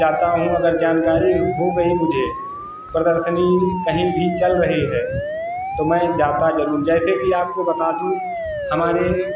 जाता हूँ अगर जानकारी हो गई मुझे प्रदर्शनी कहीं भी चल रही है तो मैं जाता ज़रूर जैसे भी आपको बता दूँ हमारे